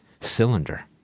Cylinder